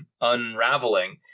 unraveling